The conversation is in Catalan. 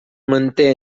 manté